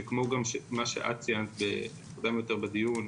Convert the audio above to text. שכמו מה שאת ציינת מוקדם יותר בדיון,